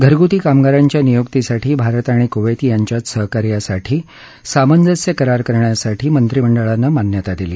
घरगुती कामगारांच्या नियुक्तीसाठी भारत आणि कुवेत यांच्यात सहकार्यासाठी सामंजस्य करार करण्यासाठी मंत्रीमंडळानं मान्यता दिली